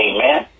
Amen